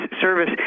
service